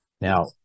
Now